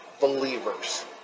believers